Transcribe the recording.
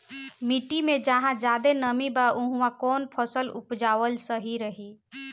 मिट्टी मे जहा जादे नमी बा उहवा कौन फसल उपजावल सही रही?